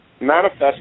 Manifest